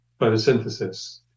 photosynthesis